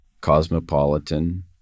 cosmopolitan